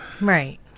Right